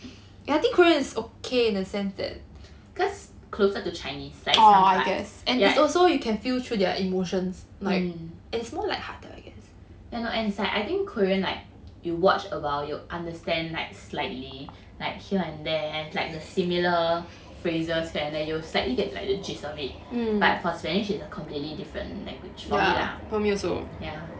closer to chinese like some parts yeah mm yeah I know it's like I think korean like you watch a while you will understand like slightly like here and there like similar phrases here and there you will slightly get like the gist of it but for spanish it's a completely different language for me lah yeah